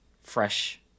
fresh